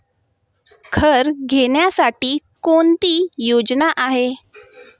घर घेण्यासाठी कोणती योजना आहे?